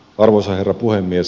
arvoisa herra puhemies